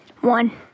One